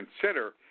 consider